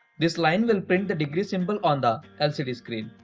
this line will print the degree symbol on the lcd screen.